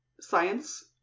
science